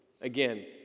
again